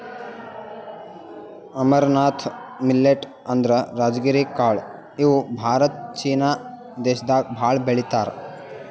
amaranth millet ಅಂದ್ರ ರಾಜಗಿರಿ ಕಾಳ್ ಇವ್ ಭಾರತ ಚೀನಾ ದೇಶದಾಗ್ ಭಾಳ್ ಬೆಳಿತಾರ್